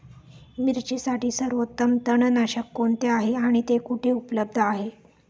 मिरचीसाठी सर्वोत्तम तणनाशक कोणते आहे आणि ते कुठे उपलब्ध आहे?